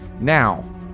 Now